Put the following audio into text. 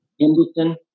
Henderson